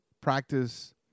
practice